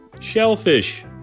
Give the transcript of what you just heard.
shellfish